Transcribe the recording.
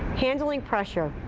handling pressure.